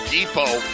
Depot